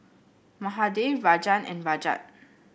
Mahade Rajan and Rajat